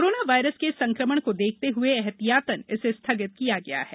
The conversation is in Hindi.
कोरोना वायरस के संकमण को देखते हुए एहतियातन इसे स्थगित किया गया है